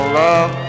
love